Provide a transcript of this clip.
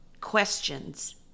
questions